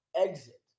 exit